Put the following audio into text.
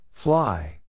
Fly